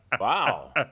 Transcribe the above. Wow